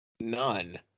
None